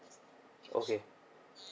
okay